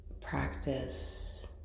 practice